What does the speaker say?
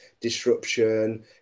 disruption